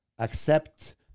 accept